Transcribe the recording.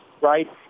right